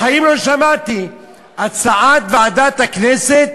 בחיים לא שמעתי הצעת ועדת הכנסת